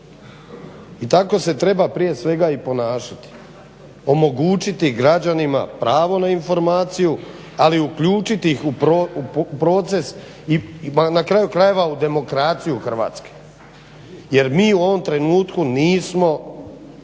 I tako se treba prije svega i ponašati. Omogućiti građanima pravo na informaciju ali i uključiti ih u proces i na kraju krajeva u demokraciju Hrvatske jer mi u ovom trenutku nismo